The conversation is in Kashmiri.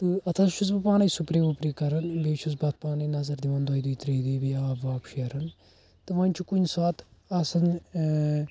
تہِ اَتھ ہسا چھُس بہٕ پانٔے سُپرے وُپرے کران بیٚیہِ چھُس بہٕ اَتھ پانٔے نظر دِوان دۄیہِ دُہہ ترٛیٚیہِ دُہہ بیٚیہِ آب واب شیران تہِ وۄنۍ چھُ کُنہِ ساتہٕ آسان ٲں